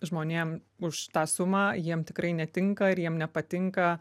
žmonėm už tą sumą jiem tikrai netinka ir jiem nepatinka